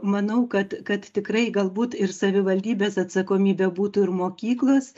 manau kad kad tikrai galbūt ir savivaldybės atsakomybė būtų ir mokyklos